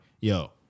yo